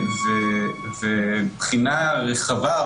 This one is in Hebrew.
ובחינה רחבה,